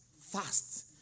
fast